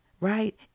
right